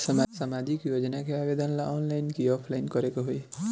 सामाजिक योजना के आवेदन ला ऑनलाइन कि ऑफलाइन करे के होई?